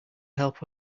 help